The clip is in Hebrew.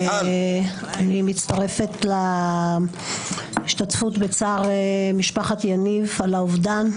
אני מצטרפת להשתתפות בצער משפחת יניב על האובדן,